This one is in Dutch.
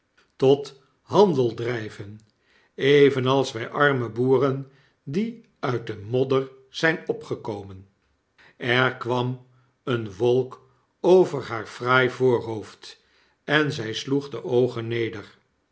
tot handeldry ven evenals wij arme boeren die uit de modder zyn opgekomen er kwam een wolk over haar fraai voorhoofd en zy sloeg de oogen neder